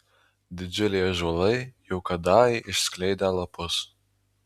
didžiuliai ąžuolai jau kadai išskleidė lapus